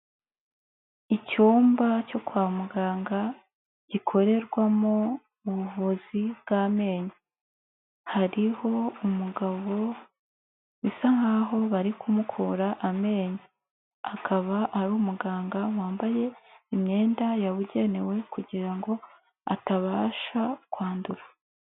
Icyumba cyo kwa muganga gikorerwamo ubuvuzi bw'amenyo, hariho umugabo bisa nkaho bari kumukura amenyo, akaba ari umuganga wambaye imyenda yabugenewe kugira ngo atabasha kwandura.